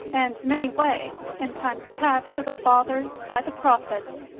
and many ways, in times past, to the fathers by the prophets,